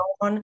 on